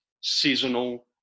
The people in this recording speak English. seasonal